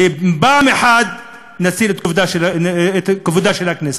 ופעם אחת נציל את כבודה של הכנסת.